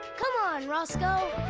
come on, roscoe!